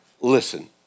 listen